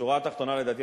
לדעתי,